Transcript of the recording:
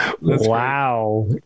Wow